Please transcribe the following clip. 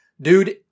Dude